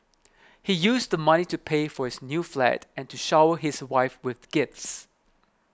he used the money to pay for his new flat and to shower his wife with gifts